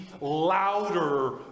louder